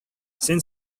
син